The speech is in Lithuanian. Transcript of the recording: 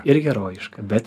ir herojiška bet